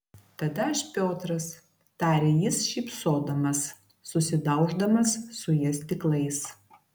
tada aš piotras tarė jis šypsodamas susidauždamas su ja stiklais